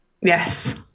Yes